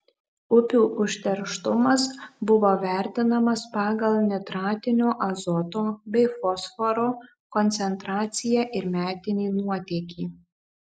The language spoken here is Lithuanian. upių užterštumas buvo vertinamas pagal nitratinio azoto bei fosforo koncentraciją ir metinį nuotėkį